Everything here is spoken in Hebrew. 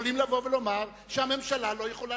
יכולים לבוא ולומר שהממשלה לא יכולה